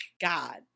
God